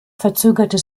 verzögerte